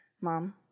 Mom